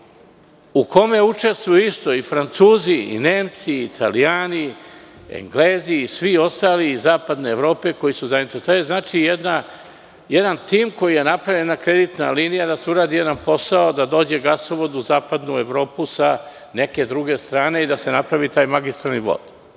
u kome učestvuju isto i Francuzi i Nemci, Italijani, Englezi i svi ostali iz zapadne Evrope koji su zainteresovani. To je jedan tim koji je napravljen, jedna kreditna linija, da se uradi jedan posao, da dođe gasovod u zapadnu Evropu sa neke druge strane i da se napravi taj magistralni vod.